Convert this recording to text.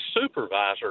supervisor